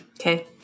Okay